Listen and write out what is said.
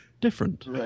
Different